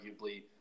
arguably